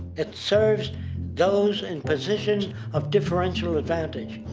it serves those in positions of differential advantage.